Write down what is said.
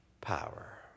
power